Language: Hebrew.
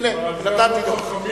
הנה, נתתי לו.